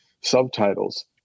subtitles